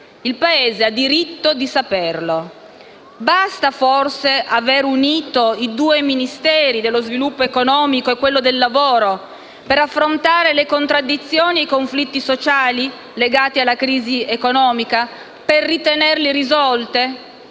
il Paese ha diritto di saperlo. Basta forse aver unito i due Ministeri dello sviluppo economico e del lavoro per affrontare le contraddizioni e i conflitti sociali legati alla crisi economica e per ritenerli risolti?